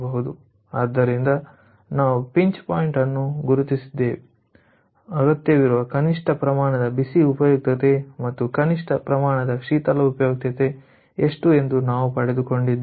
ಆದ್ದರಿಂದ ನಾವು pinch point ಅನ್ನು ಗುರುತಿಸಿದ್ದೇವೆ ಅಗತ್ಯವಿರುವ ಕನಿಷ್ಟ ಪ್ರಮಾಣದ ಬಿಸಿ ಉಪಯುಕ್ತತೆ ಮತ್ತು ಕನಿಷ್ಠ ಪ್ರಮಾಣದ ಶೀತಲ ಉಪಯುಕ್ತತೆ ಎಷ್ಟು ಎಂದು ನಾವು ಪಡೆದುಕೊಂಡಿದ್ದೇವೆ